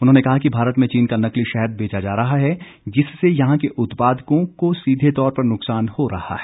उन्होंने कहा कि भारत में चीन का नकली शहद बेचा जा रहा है जिससे यहां के उत्पादकों को सीधे तौर पर नुकसान हो रहा है